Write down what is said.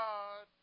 God